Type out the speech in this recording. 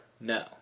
No